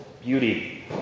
beauty